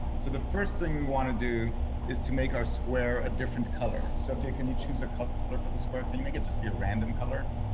so the first thing we wanna do is to make our square a different color. sofia can you choose a color for the square, can you make it just be a random color?